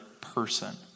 person